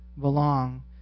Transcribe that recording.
belong